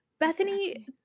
Bethany